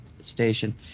station